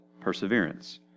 perseverance